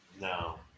No